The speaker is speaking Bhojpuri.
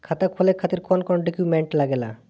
खाता खोले के खातिर कौन कौन डॉक्यूमेंट लागेला?